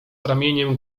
ramieniem